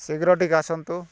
ଶୀଘ୍ର ଟିକେ ଆସନ୍ତୁ